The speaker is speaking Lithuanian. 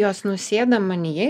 jos nusėda manyje